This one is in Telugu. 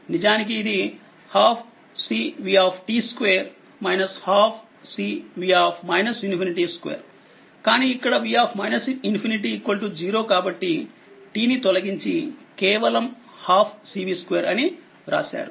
నిజానికిఇది12 CV2 12 CV ∞2 కానీ ఇక్కడ v ∞0 కాబట్టి t ని తొలగించి కేవలం 12 CV2 అని వ్రాసారు